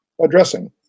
addressing